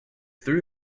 through